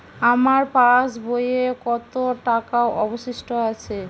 আমার পাশ বইয়ে কতো টাকা অবশিষ্ট আছে?